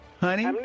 Honey